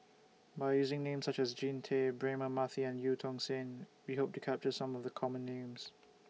By using Names such as Jean Tay Braema Mathi and EU Tong Sen We Hope to capture Some of The Common Names